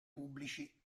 pubblici